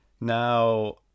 Now